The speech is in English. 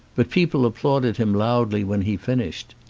but people applauded him loudly when he finished.